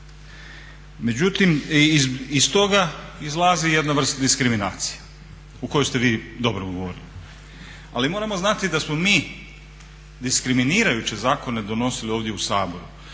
međutim iz toga izlazi jedna vrst diskriminacije u kojoj ste vi dobro … ali moramo znati da smo mi diskriminirajuće zakone donosili ovdje u Saboru.